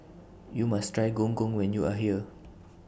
YOU must Try Gong Gong when YOU Are here